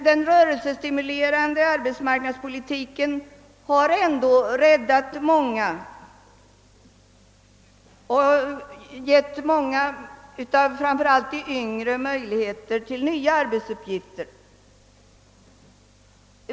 Den rörelsestimulerande arbetsmarknadspolitiken har ändå räddat många, framför allt bland de yngre, och gett dem möjligheter till nya arbetsuppgifter.